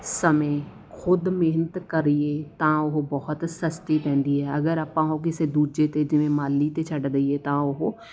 ਸਮੇਂ ਖੁਦ ਮਿਹਨਤ ਕਰੀਏ ਤਾਂ ਉਹ ਬਹੁਤ ਸਸਤੀ ਪੈਂਦੀ ਹੈ ਅਗਰ ਆਪਾਂ ਉਹ ਕਿਸੇ ਦੂਜੇ 'ਤੇ ਜਿਵੇਂ ਮਾਲੀ 'ਤੇ ਛੱਡ ਦਈਏ ਤਾਂ ਉਹ